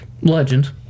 legend